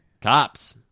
Cops